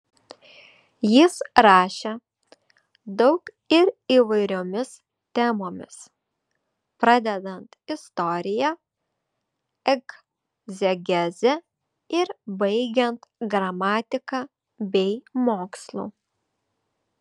jis rašė daug ir įvairiomis temomis pradedant istorija egzegeze ir baigiant gramatika bei mokslu